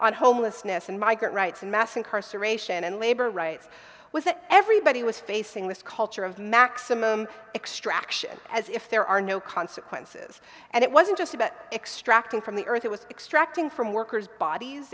on homelessness and migrant rights and mass incarceration and labor rights was that everybody was facing this culture of maximum extraction as if there are no consequences and it wasn't just about extracting from the earth it was extracting from workers bodies